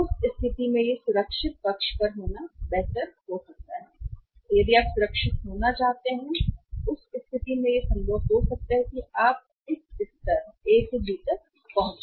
उस स्थिति में यह सुरक्षित पक्ष पर होना बेहतर हो सकता है और यदि आप सुरक्षित होना चाहते हैं उस स्थिति में यह संभव हो सकता है कि आप इस स्तर ए से बी तक पहुंचें